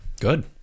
good